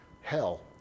hell